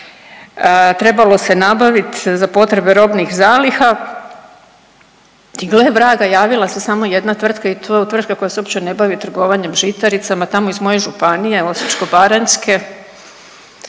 trebalo se nabavit za potrebe robnih zaliha i gle vraga javila se samo jedna tvrtka i to tvrtka koja se uopće ne bavi trgovanjem žitaricama, tamo iz moje županije, Osječko-baranjske,